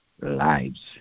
lives